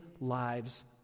lives